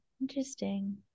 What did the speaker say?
interesting